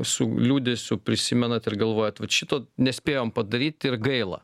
su liūdesiu prisimenat ir galvojat vat šito nespėjom padaryt ir gaila